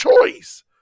choice